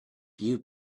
few